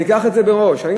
ניקח את זה מראש, תודה רבה.